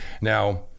now